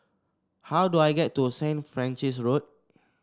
how do I get to St Francis Road